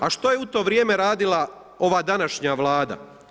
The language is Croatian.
A što je u to vrijeme radila ova današnja Vlada?